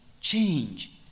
change